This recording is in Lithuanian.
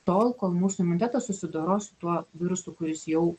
tol kol mūsų imunitetas susidoros su tuo virusu kuris jau